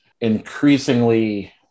increasingly